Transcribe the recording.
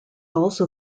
also